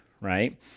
right